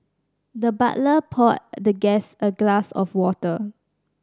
the butler poured the guest a glass of water